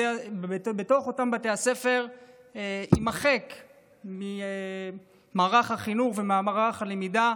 אותם חומרים בתוך אותם בתי הספר יימחקו ממערך החינוך וממערך הלמידה.